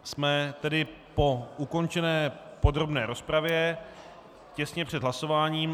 Jsme tedy po ukončené podrobné rozpravě, těsně před hlasováním.